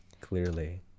clearly